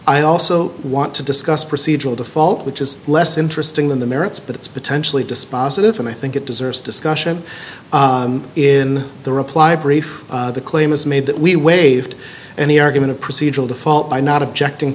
i also want to discuss procedural default which is less interesting than the merits but it's potentially dispositive and i think it deserves discussion in the reply brief the claim is made that we waived any argument a procedural default by not objecting